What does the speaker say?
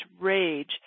rage